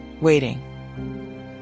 Waiting